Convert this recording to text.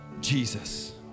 Jesus